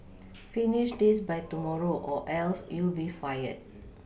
finish this by tomorrow or else you'll be fired